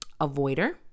avoider